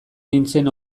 nintzen